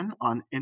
on